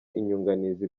inyunganizi